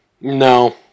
No